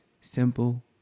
simple